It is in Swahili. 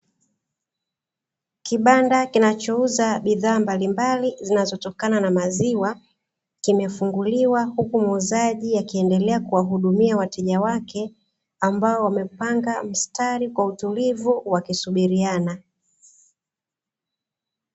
Kibanda kinachouza bidhaa mbalimbali zinazotokana na maziwa, kimefunguliwa huku muuzaji akiendelea kuwahudumia wateja wake, ambao wamepanga mstari kwa utulivu wakisubiriana.